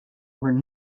were